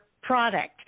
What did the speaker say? product